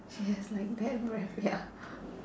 she has like bad breath ya